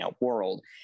world